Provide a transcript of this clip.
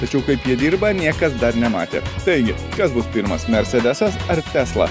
tačiau kaip jie dirba niekas dar nematė taigi kas bus pirmas mersedesas ar tesla